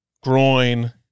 groin